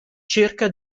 cerca